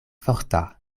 forta